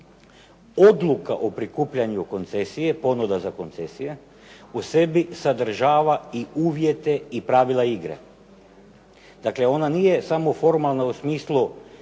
Odluka o prikupljanju koncesije, ponuda za koncesije u sebi sadržava i uvjete i pravila igre. Dakle, ona nije samo formalna u smislu